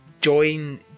join